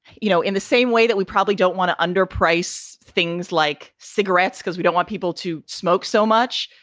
you know, in the same way that we probably don't want to underprice things like cigarettes because we don't want people to smoke so much.